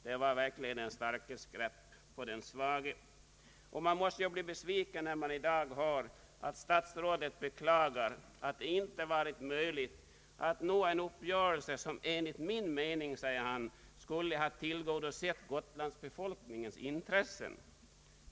Det var verkligen den starkes grepp på den svage. Man måste ju bli besviken när man i dag hör, att statsrådet beklagar ”att det inte var möjligt att nå en uppgörelse, som enligt min mening skulle tillgodosett Gotlandsbefolkningens intressen”.